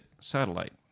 satellite